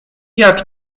jak